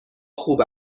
خوب